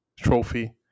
Trophy